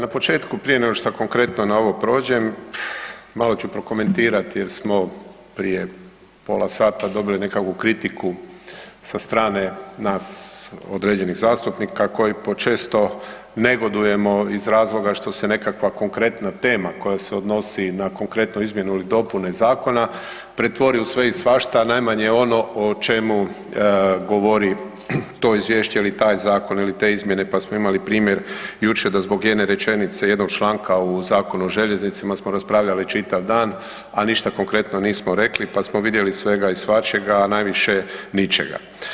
Na početku prije nego šta konkretno na ovo prođem, malo ću prokomentirati jer smo prije pola sata dobili nekakvu kritiku sa strane nas određenih zastupnika koji počesto negodujemo iz razloga što se nekakva konkretna tema koja se odnosi na konkretnu izmjenu ili dopunu zakona, pretvori u sve i svašta a najmanje ono o čemu govori to izvješće ili taj zakon ili te izmjene pa smo imali primjer jučer da zbog jedne rečenice, jednog članka u Zakonu o željeznicama smo raspravljali čitav dan a ništa konkretno nismo rekli pa smo vidjeli svega i svačega a najviše ničega.